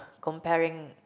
comparing